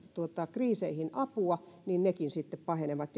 kriiseihin apua nekin sitten pahenevat